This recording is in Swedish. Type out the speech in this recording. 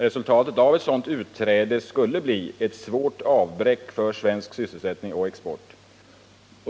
Resultatet av ett sådant utträde skulle bli ett svårt avbräck för svensk sysselsättning och export.